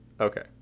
Okay